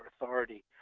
authority